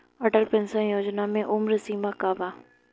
Atal pension Yojana मे उम्र सीमा का बा?